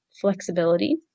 flexibility